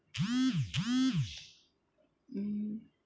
mm